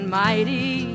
mighty